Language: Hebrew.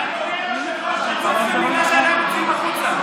יש גבול.